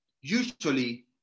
usually